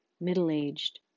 middle-aged